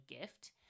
gift